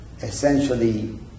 essentially